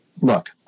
look